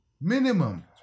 Minimum